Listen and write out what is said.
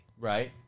Right